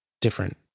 different